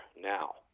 now